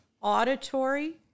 auditory